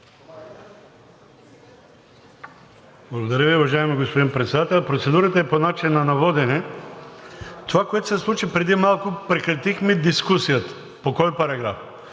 Благодаря Ви, уважаеми господин Председател. Процедурата е по начина на водене. Това, което се случи преди малко – прекратихме дискусията. По кой параграф?